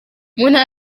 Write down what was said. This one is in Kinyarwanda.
ntara